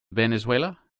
venezuela